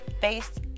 face